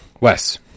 Wes